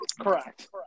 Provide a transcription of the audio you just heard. correct